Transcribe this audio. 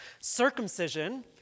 circumcision